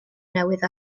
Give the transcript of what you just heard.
newydd